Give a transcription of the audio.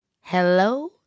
Hello